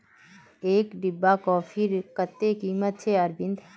एक डिब्बा कॉफीर कत्ते कीमत छेक अरविंद